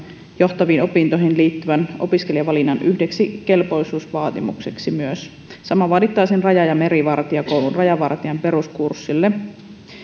johtaviin opintoihin liittyvän opiskelijavalinnan yhdeksi kelpoisuusvaatimukseksi myös samaa vaadittaisiin raja ja merivartiokoulun rajavartijan peruskurssille jo